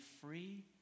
free